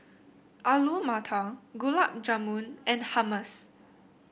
Alu Matar Gulab Jamun and Hummus